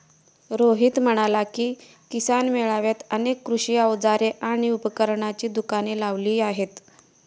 रोहित म्हणाला की, किसान मेळ्यात अनेक कृषी अवजारे आणि उपकरणांची दुकाने लावली आहेत